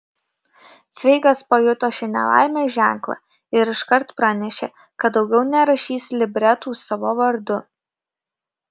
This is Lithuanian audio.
cveigas pajuto šį nelaimės ženklą ir iškart pranešė kad daugiau nerašys libretų savo vardu